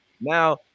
Now